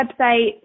website